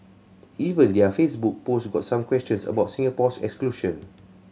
even their Facebook post got some questions about Singapore's exclusion